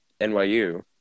NYU